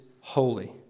holy